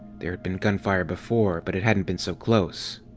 there had been gunfire before, but it hadn't been so close.